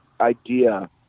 idea